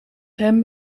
hem